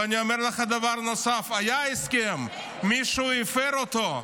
ואני אומר לך דבר נוסף: היה הסכם, מישהו הפר אותו.